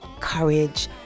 courage